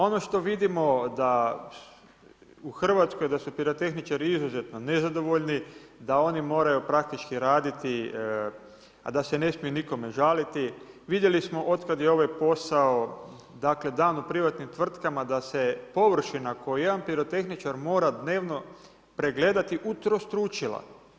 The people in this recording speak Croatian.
Ono što vidimo, da u Hrvatskoj, da su pirotehničari izuzetno nezadovoljni, da oni moraju praktički raditi, a da se ne smiju nikome žaliti, vidjeli smo od kada je ovaj posao dan u privatnim tvrtkama, da se površina koju jedan pirotehničar mora dnevno pregledati utrostručila.